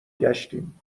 گشتیم